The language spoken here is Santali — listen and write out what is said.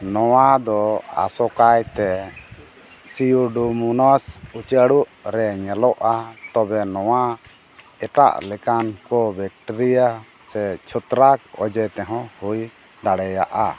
ᱱᱚᱣᱟ ᱫᱚ ᱟᱥᱚᱠᱟᱭᱛᱮ ᱥᱤᱭᱩᱰᱳᱢᱚᱱᱟᱥ ᱩᱪᱟᱹᱲᱚᱜ ᱨᱮ ᱧᱮᱞᱚᱜᱼᱟ ᱛᱚᱵᱮ ᱱᱚᱣᱟ ᱮᱴᱟᱜ ᱞᱮᱠᱟᱱ ᱠᱚ ᱵᱮᱠᱴᱮᱨᱤᱭᱟ ᱥᱮ ᱪᱷᱚᱛᱨᱟᱠ ᱚᱡᱮ ᱛᱮᱦᱚᱸ ᱦᱩᱭ ᱫᱟᱲᱮᱭᱟᱜᱼᱟ